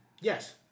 Yes